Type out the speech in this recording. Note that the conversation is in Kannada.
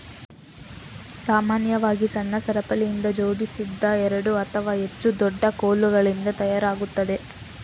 ಸಾಮಾನ್ಯವಾಗಿ ಸಣ್ಣ ಸರಪಳಿಯಿಂದ ಜೋಡಿಸಿದ ಎರಡು ಅಥವಾ ಹೆಚ್ಚು ದೊಡ್ಡ ಕೋಲುಗಳಿಂದ ತಯಾರಾಗ್ತದೆ